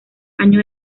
año